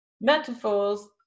metaphors